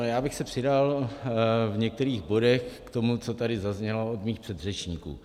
Já bych se přidal v některých bodech k tomu, co tady zaznělo od mých předřečníků.